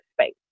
space